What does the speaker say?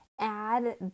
add